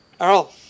Earl